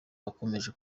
bakomeje